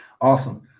Awesome